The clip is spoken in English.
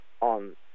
on